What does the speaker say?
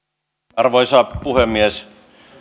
arvoisa puhemies